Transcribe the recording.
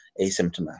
asymptomatic